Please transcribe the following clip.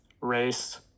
race